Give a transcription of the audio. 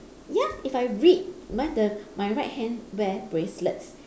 ya if I read mine the my right hand wear bracelet